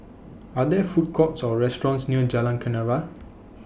Are There Food Courts Or restaurants near Jalan Kenarah